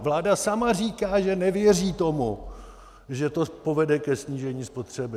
Vláda sama říká, že nevěří tomu, že to povede ke snížení spotřeby.